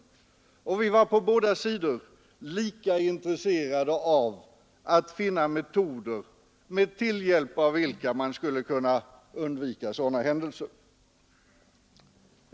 Vi var på båda sidor lika intresserade av att finna metoder, med hjälp av vilka man skulle kunna undvika sådana händelser.